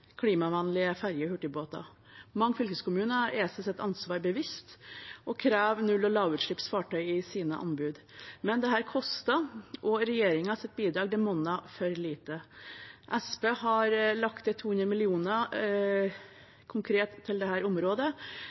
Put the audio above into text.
klimavennlige ferjer og hurtigbåter. Mange fylkeskommuner er seg sitt ansvar bevisst og krever null- og lavutslippsfartøy i sine anbud. Men dette koster, og regjeringens bidrag monner for lite. Senterpartiet har lagt til 200 mill. kr – konkret til dette området